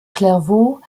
clairvaux